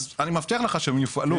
אז אני מבטיח לך שהם יופעלו.